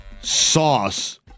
Sauce